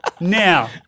now